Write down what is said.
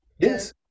Yes